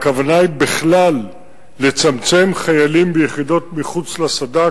הכוונה היא לצמצם הצבת חיילים ביחידות מחוץ לסד"כ,